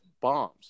bombs